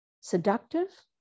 seductive